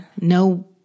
No